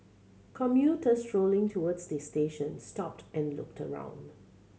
commuters strolling towards the station stopped and looked around